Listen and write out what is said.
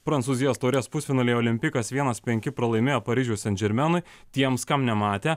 prancūzijos taurės pusfinalyje olimpikas vienas penki pralaimėjo paryžiaus seint džermenui tiems kam nematė